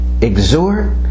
exhort